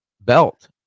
belt